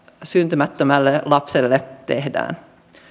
syntymättömälle lapselle tehdään